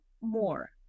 more